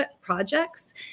projects